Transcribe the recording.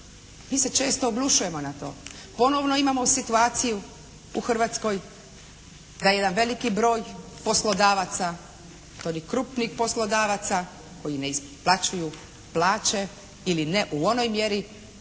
Mi se često oglušujemo na to. Ponovno imamo situaciju u Hrvatskoj da jedan veliki broj poslodavaca, …/Govornica se ne razumije./… poslodavaca koji ne isplaćuju plaće ili ne u onoj mjeri